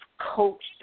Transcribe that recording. coached